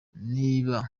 niba